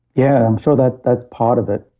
yeah. i'm sure that that's part of it.